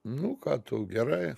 nu ką tu gerai